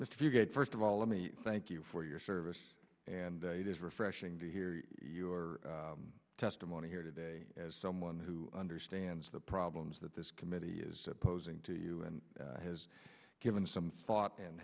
texas first of all let me thank you for your service and it is refreshing to hear your testimony here today as someone who understands the problems that this committee is posing to you and has given some thought and